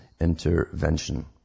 intervention